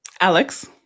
Alex